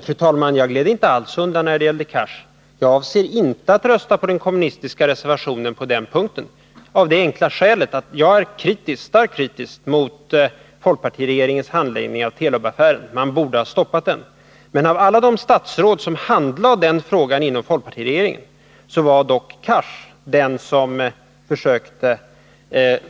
Fru talman! Jag gled inte alls undan när det gällde Hadar Cars. Jag avser inte att rösta på det kommunistiska yrkandet på den punkten, av det enkla skälet att jag är starkt kritisk mot folkpartiregeringens handläggning av Telub-affären. Man borde ha stoppat den. Men av alla de statsråd som handlade den frågan inom folkpartiregeringen var Hadar Cars den som försökte